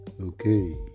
Okay